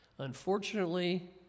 Unfortunately